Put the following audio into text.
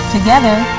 Together